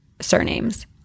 surnames